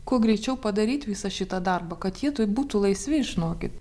kuo greičiau padaryt visą šitą darbą kad jie tuoj būtų laisvi žinokit